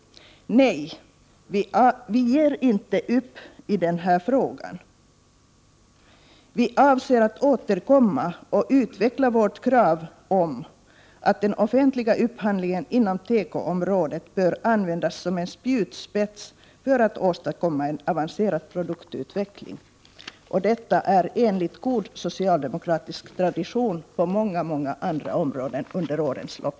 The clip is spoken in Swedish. Nej, vi ger inte uppi den här frågan. Vi avser att återkomma och utveckla vårt krav på att den offentliga upphandlingen inom tekoområdet skall användas som en spjut spets för att åstadkomma en avancerad produktutveckling. Detta är i enlighet med god socialdemokratisk tradition på många andra områden under årens lopp.